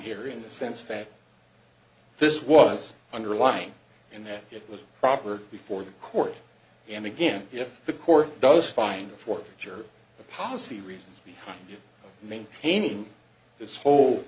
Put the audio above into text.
here in the sense that this was underlying and that it was proper before the court and again if the court does find a forger the policy reasons behind it maintaining its whole